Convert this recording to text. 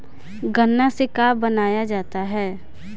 गान्ना से का बनाया जाता है?